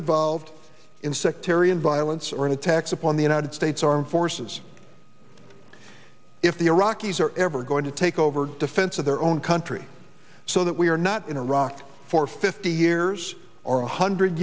involved in sectarian violence or in attacks upon the united states armed forces if the iraqis are ever going to take over defense of their own country so that we are not in iraq for fifty years or a hundred